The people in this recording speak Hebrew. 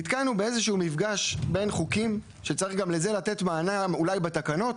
נתקענו באיזה שהוא מפגש בין חוקים שצריך גם לזה לתת מענה אולי בתקנות.